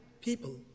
people